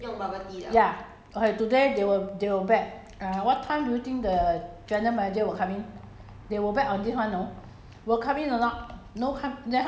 nah 我的 office hor 他们赌他们打赌 hor ya okay today they will they will bet err what time do you think the general manager will come in